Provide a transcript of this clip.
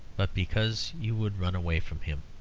but because you would run away from him.